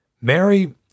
Mary